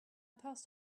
passed